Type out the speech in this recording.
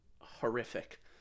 horrific